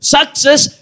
Success